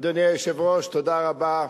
אדוני היושב-ראש, תודה רבה,